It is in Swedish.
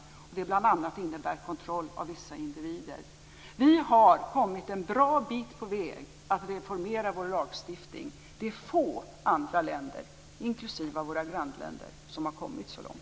Det innebär bl.a. kontroll av vissa individer. Vi har kommit en bra bit på väg att reformera vår lagstiftning. Det är få andra länder, inklusive våra grannländer, som har kommit så långt.